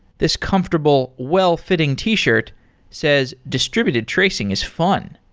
this comfortable, well-fitting t-shirt says, distributed tracing is fun,